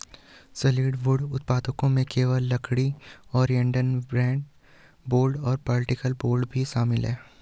solid wood उत्पादों में केवल लकड़ी, ओरिएंटेड स्ट्रैंड बोर्ड और पार्टिकल बोर्ड भी शामिल है